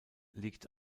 liegt